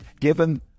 given